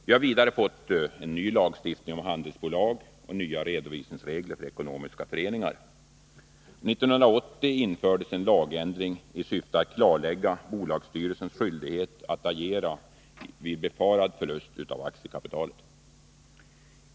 Vi har vidare fått en ny lagstiftning om handelsbolag och nya redovisningsregler för ekonomiska föreningar. År 1980 infördes en lagändring i syfte att klarlägga bolagsstyrelsens skyldighet att agera vid befarad förlust av aktiekapitalet.